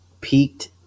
peaked